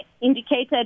indicated